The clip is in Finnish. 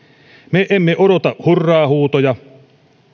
me emme odota hurraa huutoja